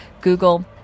Google